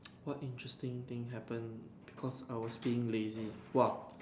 what interesting thing happen because I was being lazy !wah!